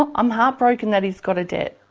i'm heartbroken that he's got a debt.